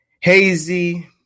hazy